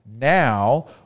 now